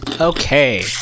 Okay